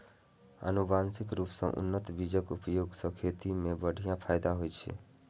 आनुवंशिक रूप सं उन्नत बीजक उपयोग सं खेती मे बढ़िया फायदा होइ छै